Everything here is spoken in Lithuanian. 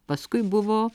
paskui buvo